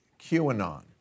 QAnon